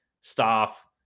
staff